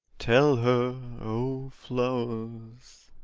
tell her, oh flowers